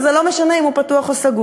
אז זה לא משנה אם הוא פתוח או סגור,